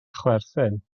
chwerthin